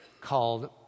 called